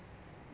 yup